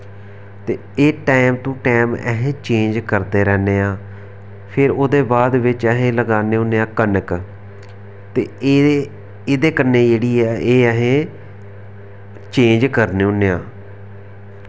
ते एह् time to time असें चेंज करदे रौह्ने आं फिर ओह्दे बाद बिच्च असें लगाने होन्ने आं कनक ते एह्दे एह्दे कन्नै जेह्ड़ी ऐ एह् अस चेंज करने होन्ने आं